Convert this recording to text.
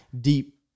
deep